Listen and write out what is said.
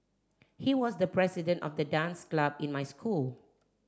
he was the president of the dance club in my school